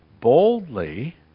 boldly